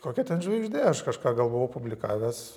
kokia ten žvaigždė aš kažką gal buvau publikavęs